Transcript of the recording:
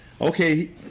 Okay